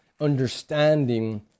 Understanding